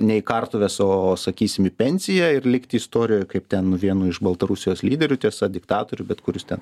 ne į kartuves o sakysim į pensiją ir likti istorijoje kaip ten vienu iš baltarusijos lyderių tiesa diktatorių bet kuris ten